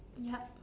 yup